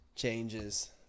changes